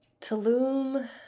Tulum